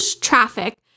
traffic